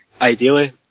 Ideally